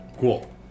Cool